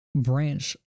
branch